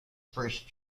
first